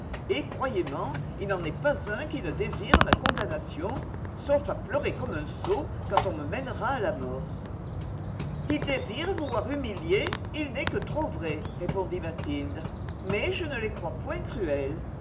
et croyez men il n'en est pas un qui ne désire ma condamnation sauf à pleurer comme un sot quand on me mènera à la mort ils désirent vous voir humilié il n'est que trop vrai répondit mathilde mais je ne les crois point cruels